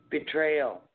Betrayal